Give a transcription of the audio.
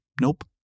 Nope